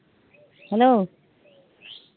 hello